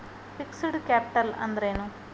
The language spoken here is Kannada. ಫಿಕ್ಸ್ಡ್ ಕ್ಯಾಪಿಟಲ್ ಅಂದ್ರೇನು?